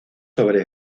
sobre